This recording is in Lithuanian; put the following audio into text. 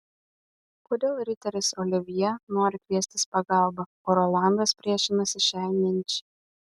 kodėl riteris olivjė nori kviestis pagalbą o rolandas priešinasi šiai minčiai